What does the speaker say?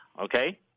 okay